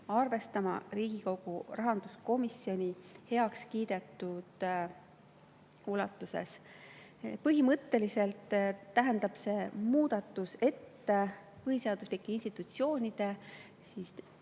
arvestama Riigikogu rahanduskomisjonis heakskiidetud ulatuses. Põhimõtteliselt tähendab see muudatus, et põhiseaduslike institutsioonide